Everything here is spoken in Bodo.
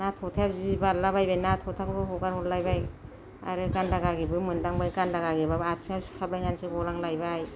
ना थ'थाया जि बारलाबायबाय ना थ'थाखौबो हगारहरलायबाय आरो गानदा गागेबबो मोनदांबाय गानदा गागेबाबो आथिंआव सु हाबलायनासो गलांलायबाय